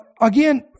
Again